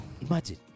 Imagine